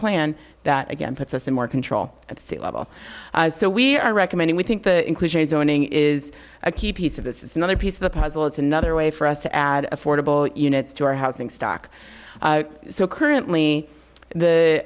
plan that again puts us in more control at sea level so we are recommending we think the inclusionary zoning is a key piece of this is another piece of the puzzle is another way for us to add affordable units to our housing stock so currently the